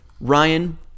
Ryan